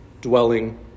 dwelling